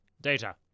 Data